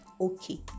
okay